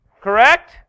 correct